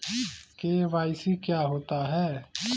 KYC क्या होता है?